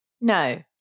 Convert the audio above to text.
No